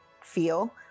feel